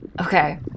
Okay